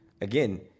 again